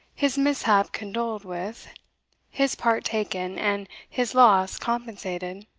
his mishap condoled with his part taken, and his loss compensated.